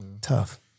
tough